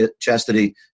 chastity